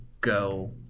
go